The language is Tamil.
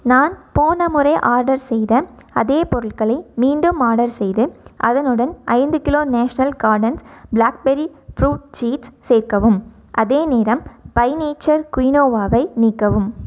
நான் போன முறை ஆர்டர் செய்த அதே பொருள்களை மீண்டும் ஆடர் செய்து அதனுடன் ஐந்து kilo National Gardens blackberry fruit seeds சேர்க்கவும் அதேநேரம் பை நேச்சர் குயினோவாவை நீக்கவும்